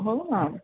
हो ना